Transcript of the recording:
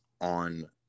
on